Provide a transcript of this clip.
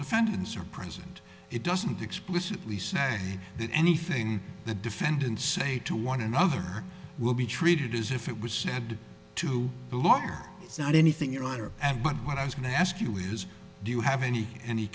defendants are present it doesn't explicitly say that anything the defendant say to one another will be treated as if it was said to the lawyer it's not anything your honor and but what i was going to ask you is do you have any any